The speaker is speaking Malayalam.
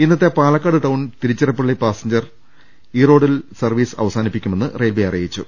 ഇന്നത്തെ Palakkad town Tiruchirappalli passenger service ഈറോഡിൽ യാത്ര അവസാനിപ്പിക്കുമെന്ന് റെയിൽവെ അറിയിച്ചു